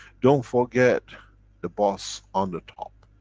don't forget the boss on the top.